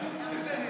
פשוט לוזרים.